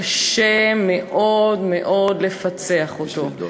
קשה מאוד מאוד לפצח אותו.